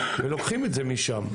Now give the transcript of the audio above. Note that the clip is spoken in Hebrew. ולוקחים את זה משם.